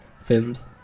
films